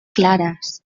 claras